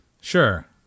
Sure